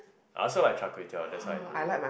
I also like char-kway-teow that's why I know